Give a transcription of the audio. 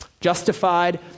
Justified